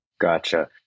Gotcha